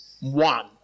one